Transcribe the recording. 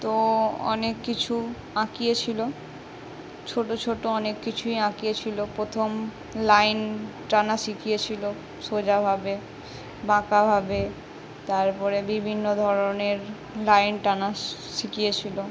তো অনেক কিছু আঁকিয়েছিলো ছোটো ছোটো অনেক কিছুই আঁকিয়েছিলো প্রথম লাইন টানা শিখিয়েছিলো সোজাভাবে বাঁকাভাবে তারপরে বিভিন্ন ধরনের লাইন টানা শি শিখিয়েছিলো